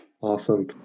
Awesome